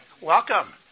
Welcome